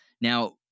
Now